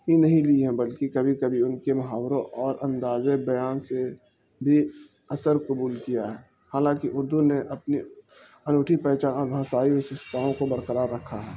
ہی نہیں لی ہیں بلکہ کبھی کبھی ان کے محاوروں اور اندازے بیان سے بھی اثر قبول کیا ہے حالانکہ اردو نے اپنی انوٹھی پہچان اور باسائی وششتاؤں کو برقرار رکھا ہے